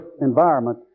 environment